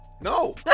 No